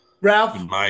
Ralph